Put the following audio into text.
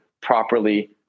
properly—